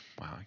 wow